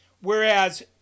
Whereas